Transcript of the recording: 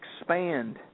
expand